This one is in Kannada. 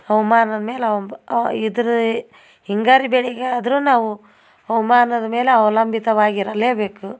ಹವ್ಮಾನದ ಮೇಲೆ ಅವಂಬ್ ಇದ್ರೆ ಹಿಂಗಾರು ಬೆಳಿಗೆ ಆದರೂ ನಾವು ಹವ್ಮಾನದ ಮೇಲೆ ಅವಲಂಬಿತವಾಗಿರಲೇ ಬೇಕು